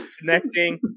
Connecting